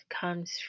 comes